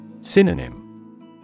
Synonym